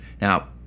Now